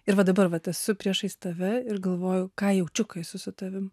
ir va dabar vat esu priešais tave ir galvoju ką jaučiu kai esu su tavim